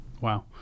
wow